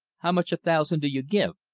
how much a thousand do you give?